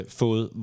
fået